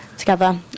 Together